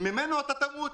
ממנו אתה תמות.